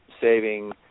saving